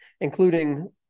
including